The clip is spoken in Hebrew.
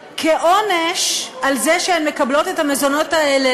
כעונש על זה שהן מקבלות את המזונות האלה